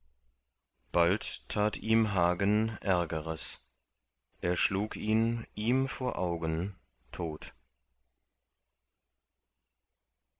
bald tat ihm hagen ärgeres er schlug ihn ihm vor augen tot